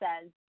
says